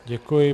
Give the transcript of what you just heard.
Děkuji.